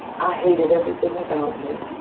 i hated everything about me.